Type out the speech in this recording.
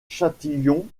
châtillon